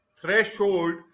threshold